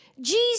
Jesus